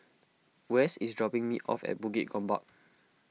Wes is dropping me off at Bukit Gombak